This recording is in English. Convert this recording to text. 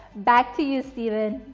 back to you stephen.